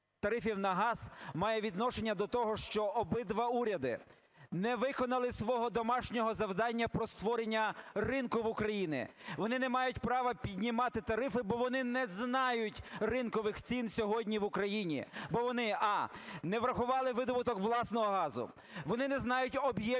тарифів на газ має відношення до того, що обидва уряди не виконали свого домашнього завдання про створення ринку в Україні. Вони не мають права піднімати тарифи, бо вони не знають ринкових цін сьогодні в Україні, бо вони: а) не врахували видобуток власного газу, вони не знають об'ємів